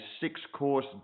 six-course